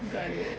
got it